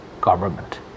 government